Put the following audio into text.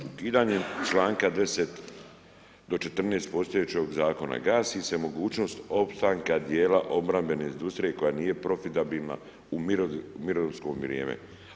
Ukidanjem čl. 10. do 14. postojećeg Zakona gasi se mogućnost opstanka dijela obrambene industrije koja nije profitabilna u mirnodopsko vrijeme.